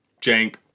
jank